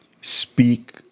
speak